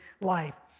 life